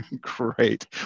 Great